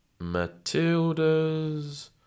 Matildas